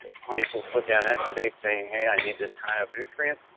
plants will put down an exudate, saying hey i need this kind of nutrient.